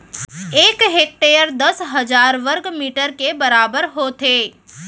एक हेक्टर दस हजार वर्ग मीटर के बराबर होथे